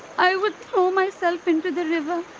i would throw myself into the river.